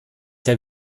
der